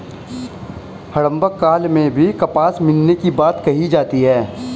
हड़प्पा काल में भी कपास मिलने की बात कही जाती है